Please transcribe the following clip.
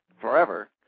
forever